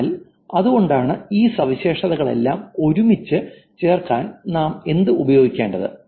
എന്നാൽ അതുകൊണ്ടാണ് ഈ സവിശേഷതകളെല്ലാം ഒരുമിച്ച് ചേർക്കാൻ നാം എന്താണ് ഉപയോഗിക്കേണ്ടത്